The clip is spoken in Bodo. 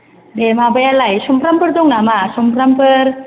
बे माबायालाय सुमफ्रामफोर दं नामा सुमफ्रामफोर